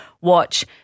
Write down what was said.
watch